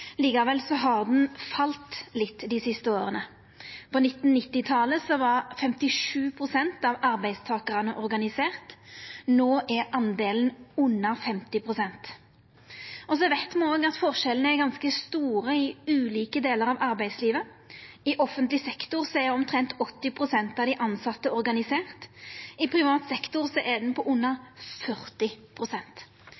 Likevel har han falle litt dei siste åra. På 1990-talet var 57 pst. av arbeidstakarane organiserte, no er under 50 pst. organiserte. Me veit òg at forskjellane er ganske store i ulike delar av arbeidslivet. I offentleg sektor er omtrent 80 pst. av dei tilsette organiserte. I privat sektor er under